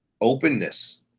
openness